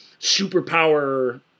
superpower